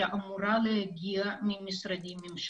שאמור להגיע ממשרדים ממשלתיים.